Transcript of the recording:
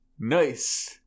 nice